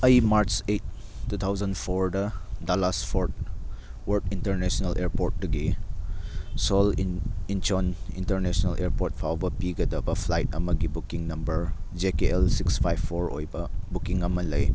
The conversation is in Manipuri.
ꯑꯩ ꯃꯥꯔꯁ ꯑꯦꯠ ꯇꯨ ꯊꯥꯎꯖꯟ ꯐꯣꯔꯗ ꯗꯂꯥꯁ ꯐꯣꯔꯠ ꯋꯥꯔꯠ ꯏꯟꯇꯔꯅꯦꯁꯅꯦꯜ ꯏꯌꯔꯄꯣꯔꯠꯇꯒꯤ ꯁꯣꯜ ꯏꯟꯆꯣꯟ ꯏꯟꯇꯔꯅꯦꯁꯅꯦꯜ ꯏꯌꯔꯄꯣꯔꯠ ꯐꯥꯎꯕ ꯄꯥꯏꯒꯗꯕ ꯐ꯭ꯂꯥꯏꯠ ꯑꯝꯒꯤ booking number J K L six five four ꯑꯣꯏꯕ ꯕꯨꯛꯀꯤꯡ ꯑꯃ ꯂꯩ